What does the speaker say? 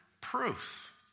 proof